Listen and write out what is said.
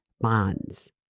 bonds